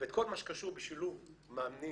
ואת כל מה שקשור בשילוב מאמנים,